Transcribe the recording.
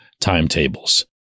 timetables